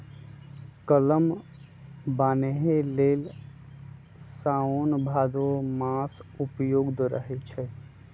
कलम बान्हे लेल साओन भादो मास उपयुक्त रहै छै